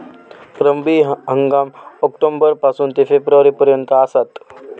रब्बी हंगाम ऑक्टोबर पासून ते फेब्रुवारी पर्यंत आसात